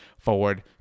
forward